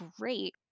great